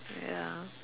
ya